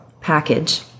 package